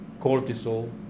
cortisol